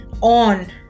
on